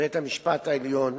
בית-המשפט העליון